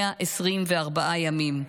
124 ימים.